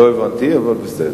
לא הבנתי, אבל בסדר.